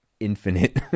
infinite